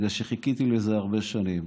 בגלל שחיכיתי לזה הרבה שנים.